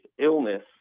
illness